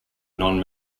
non